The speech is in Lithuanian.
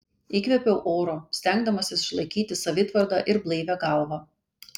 įkvėpiau oro stengdamasis išlaikyti savitvardą ir blaivią galvą